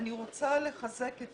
אני רוצה לחזק את